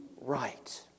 right